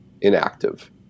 inactive